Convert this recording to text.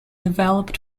developed